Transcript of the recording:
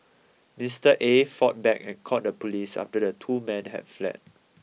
Mister Aye fought back and called the police after the two men had fled